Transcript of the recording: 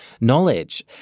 knowledge